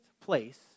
place